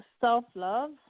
self-love